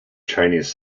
chinese